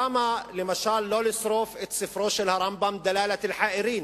למה למשל לא לשרוף את ספרו של הרמב"ם "דלאלת אלחאירין"